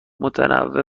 متنوع